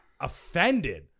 offended